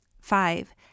Five